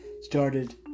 Started